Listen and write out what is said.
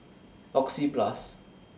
Oxyplus